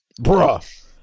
Bruh